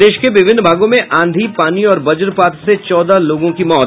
प्रदेश के विभिन्न भागों में आंधी पानी और वज्रपात से चौदह लोगों की मौत